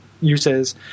uses